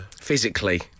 Physically